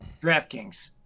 DraftKings